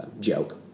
joke